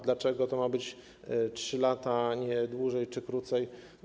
Dlaczego to mają być 3 lata, a nie dłużej czy krócej?